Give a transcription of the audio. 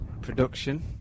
production